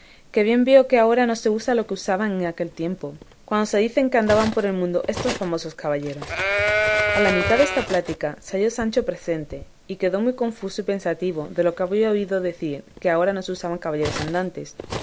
que bien veo que ahora no se usa lo que se usaba en aquel tiempo cuando se dice que andaban por el mundo estos famosos caballeros a la mitad desta plática se halló sancho presente y quedó muy confuso y pensativo de lo que había oído decir que ahora no se usaban caballeros andantes